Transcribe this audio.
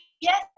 yes